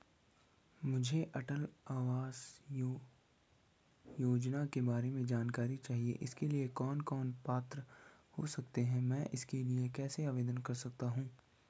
मुझे अटल आवास योजना के बारे में जानकारी चाहिए इसके लिए कौन कौन पात्र हो सकते हैं मैं इसके लिए कैसे आवेदन कर सकता हूँ?